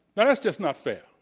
that's just not fair.